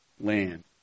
land